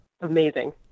Amazing